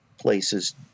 places